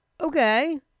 Okay